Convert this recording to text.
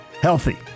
Healthy